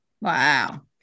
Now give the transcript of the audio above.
wow